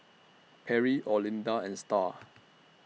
Perry Olinda and STAR